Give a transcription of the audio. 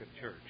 church